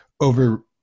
over